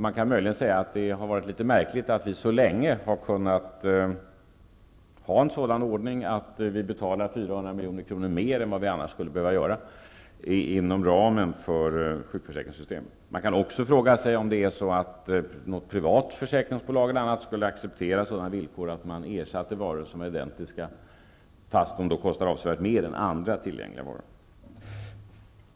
Man kan möjligen säga att det är märkligt att vi så länge har kunnat ha en sådan ordning att vi inom ramen för sjukförsäkringssystemet betalar 400 milj.kr. mer än vad vi skulle behöva göra. Man kan också fråga sig om något privat försäkringsbolag skulle acceptera sådana villkor att man ersatte varor när det finns identiska som kostar avsevärt mindre.